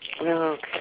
Okay